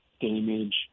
damage